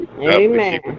Amen